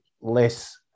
less